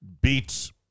beats